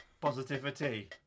Positivity